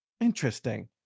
Interesting